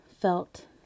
felt